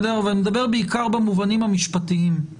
אני מדבר בעיקר במובנים המשפטיים.